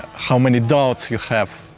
how many doubts you have,